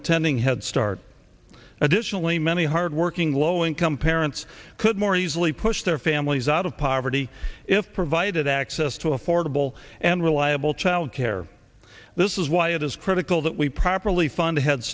attending headstart additionally many hardworking low income parents could more easily push their families out of poverty if provided access to affordable and reliable childcare this is why it is that we properly fund head